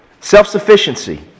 Self-sufficiency